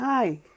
Hi